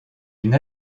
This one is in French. une